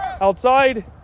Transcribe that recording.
outside